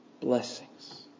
blessings